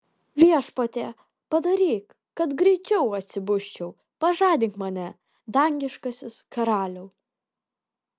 viešpatie padaryk kad greičiau atsibusčiau pažadink mane dangiškasis karaliau